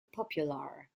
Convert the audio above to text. popular